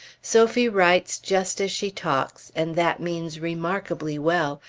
sophie writes just as she talks and that means remarkably well,